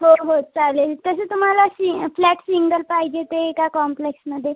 होय हो चालेल तसं तुम्हाला सिं फ्लॅट सिंगल पाहिजे ते एका कॉम्प्लेक्समध्ये